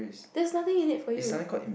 there's nothing in it for you